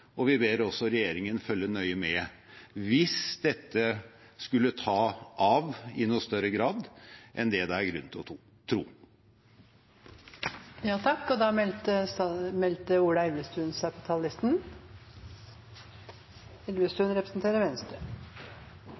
og vi ber regjeringen følge nøye med hvis dette skulle ta av i større grad enn det er grunn til å